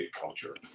culture